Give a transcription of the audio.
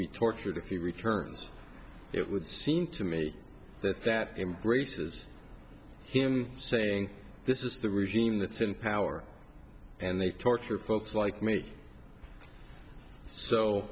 be tortured if he returns it would seem to me that that embraces him saying this is the regime that's in power and they torture folks like me so